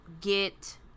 get